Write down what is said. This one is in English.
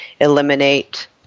eliminate